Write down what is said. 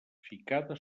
ficada